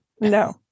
No